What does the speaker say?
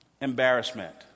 embarrassment